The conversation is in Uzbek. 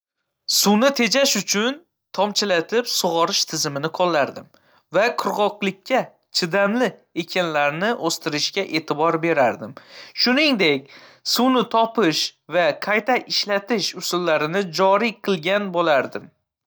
Suvni tejash uchun tomchilatib sug'orish tizimini qo‘llardim va qurg‘oqchilikka chidamli ekinlarni o‘stirishga e'tibor berardim. Shuningdek, suvni to‘plash va qayta ishlatish usullarini joriy qilgan bo‘lardim.